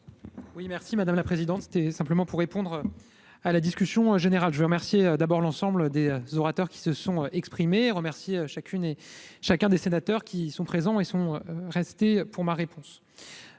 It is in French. Oui merci madame la présidente, c'était simplement pour répondre à la discussion générale, je veux remercier d'abord l'ensemble des Z'orateurs qui se sont exprimés remercier chacune et chacun des sénateurs qui sont présents et sont restés pour ma réponse,